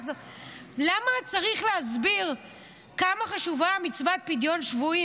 למה צריך להסביר כמה חשובה מצוות פדיון שבויים?